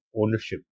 ownership